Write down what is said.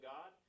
God